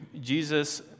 Jesus